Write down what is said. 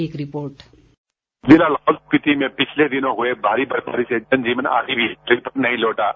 एक रिपोर्ट जिला लाहौल स्पीति में पिछले दिनों हुई भारी बर्फबारी से जनजीवन अभी भी पटरी नहीं लौटा है